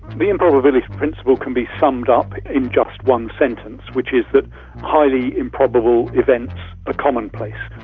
the improbability principle can be summed up in just one sentence, which is that highly improbable events are commonplace,